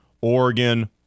Oregon